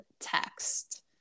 text